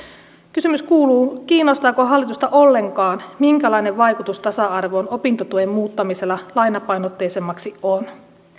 kysymys kuuluu kiinnostaako hallitusta ollenkaan minkälainen vaikutus tasa arvoon opintotuen muuttamisella lainapainotteisemmaksi on